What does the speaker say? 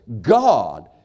God